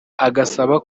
agasaba